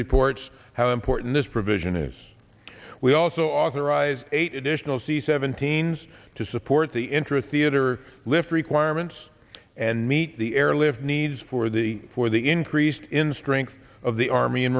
reports how important this provision is we also authorized eight additional c seventeen s to support the interest the it or lift requirements and meet the airlift needs for the for the increase in strength of the army and